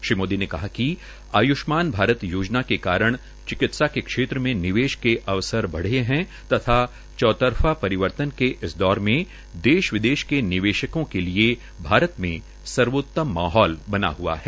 श्री मोदी ने कहा कि आयुष्मान भारत योजना के कारण चिक्तिसा के क्षेत्र में निवेश के अवसर बढ़े है चौतरफा परिवर्तन के इस दौर में देश विदेश के निवेशकों के लिए सर्वोतम माहौल बना हआ है